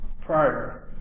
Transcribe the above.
prior